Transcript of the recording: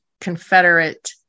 Confederate